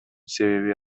себеби